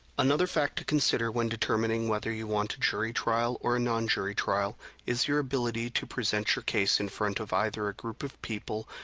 another fact to consider when determining whether you want a jury trial or a non-jury trial is your ability to present your case in front of either a group of people,